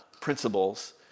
principles